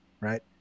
right